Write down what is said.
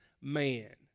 man